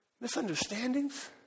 misunderstandings